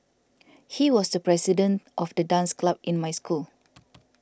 he was the president of the dance club in my school